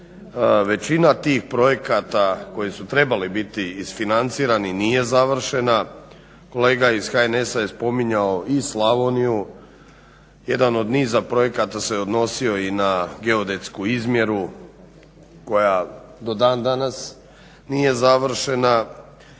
Većina tih projekata koji su trebali biti isfinancirani nije završena. Kolega iz HNS-a je spominjao i Slavoniju. Jedan od niza projekata se odnosio i na geodetsku izmjeru koja do dan danas nije završena.